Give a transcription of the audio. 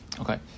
Okay